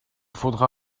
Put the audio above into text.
faudra